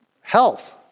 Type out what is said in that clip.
health